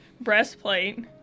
breastplate